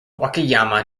wakayama